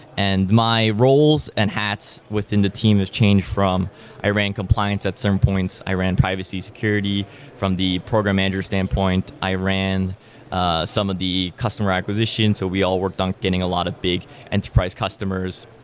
and my roles and hats within the team has changed from i ran compliance at some points. i ran privacy security from the program manager standpoint. i ran ah some of the customer acquisition, so we all worked on getting a lot of big enterprise customers.